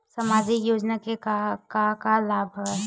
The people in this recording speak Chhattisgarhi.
सामाजिक योजना के का का लाभ हवय?